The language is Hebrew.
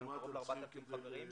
יש לנו קרוב ל-4,000 חברים.